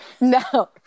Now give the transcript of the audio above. No